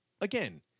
again